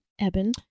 Eben